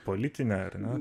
politinė ar ne